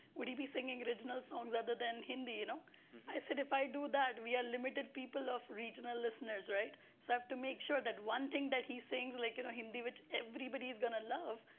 will he be singing original songs other than hindi? you know i said, if i do that, we are limited people of regional listeners, right? so i have to make sure that one thing that he's sings, like and hindi, which everybody is going to love,